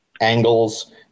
angles